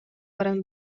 баран